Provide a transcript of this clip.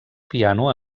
piano